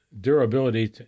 durability